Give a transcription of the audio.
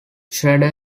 shredder